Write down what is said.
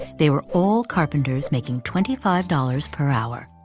they were all carpenters making twenty five dollars per hour.